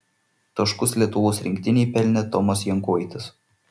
taškus lietuvos rinktinei pelnė tomas jankoitis